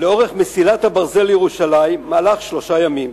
לאורך מסילת הברזל לירושלים, מהלך שלושה ימים.